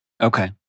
Okay